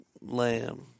lamb